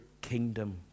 kingdom